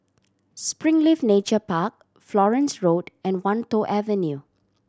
Springleaf Nature Park Florence Road and Wan Tho Avenue